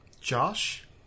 Josh